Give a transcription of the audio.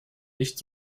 nicht